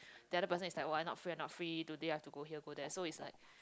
the other person is like oh I not free not free today I have to go here go there so is like